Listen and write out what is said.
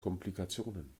komplikationen